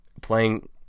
Playing